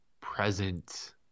present